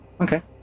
Okay